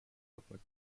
public